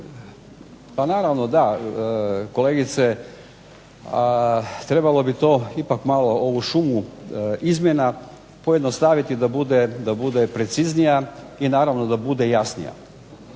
Pa naravno, da, kolegice, trebalo bi to ipak malo ovu šumu izmjena pojednostaviti da bude preciznija i naravno da bude jasnija.